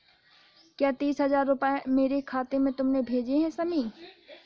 क्या तीस हजार रूपए मेरे खाते में तुमने भेजे है शमी?